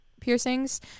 piercings